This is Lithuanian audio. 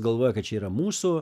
galvoja kad čia yra mūsų